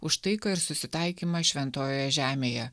už taiką ir susitaikymą šventojoje žemėje